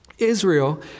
Israel